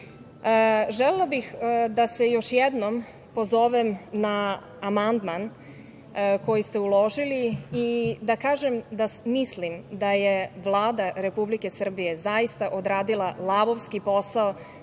bih da se još jednom pozovem na amandman koji ste uložili i da kažem da mislim da je Vlada Republike Srbije zaista odradila lavovski posao